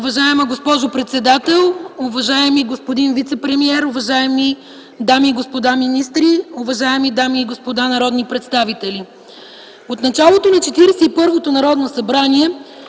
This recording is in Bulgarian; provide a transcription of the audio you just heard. Уважаема госпожо председател, уважаеми господин вицепремиер, уважаеми дами и господа министри, уважаеми дами и господа народни представители. „От началото на 41-ото Народно събрание